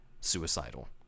suicidal